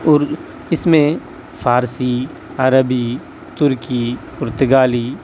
ار اس میں فارسی عربی ترکی پرتگالی